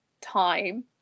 time